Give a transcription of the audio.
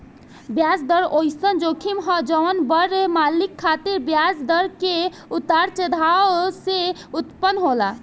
ब्याज दर ओइसन जोखिम ह जवन बड़ मालिक खातिर ब्याज दर के उतार चढ़ाव से उत्पन्न होला